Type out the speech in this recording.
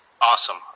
awesome